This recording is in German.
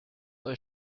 euch